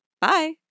Bye